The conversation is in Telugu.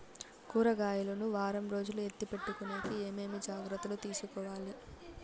కూరగాయలు ను వారం రోజులు ఎత్తిపెట్టుకునేకి ఏమేమి జాగ్రత్తలు తీసుకొవాలి?